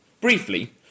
Briefly